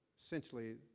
essentially